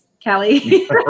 Kelly